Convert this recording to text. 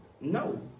no